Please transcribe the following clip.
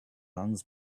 runs